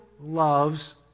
loves